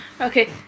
Okay